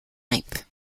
length